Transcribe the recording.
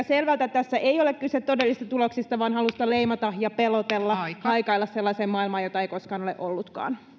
selvältä että tässä ei ole kyse todellisista tuloksista vaan halusta leimata ja pelotella haikailla sellaiseen maailmaan jota ei koskaan ole ollutkaan